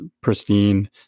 pristine